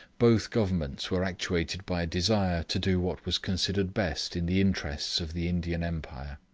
both governments were actuated by a desire to do what was considered best in the interests of the indian empire.